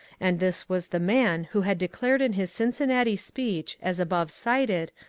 and this was the man who had declared in his cincinnati speech, as above cited,